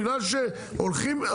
בגלל שהולכים,